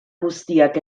guztiak